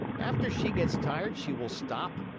after she gets tired, she will stop,